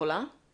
להסדרת